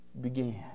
began